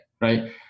right